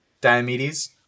diomedes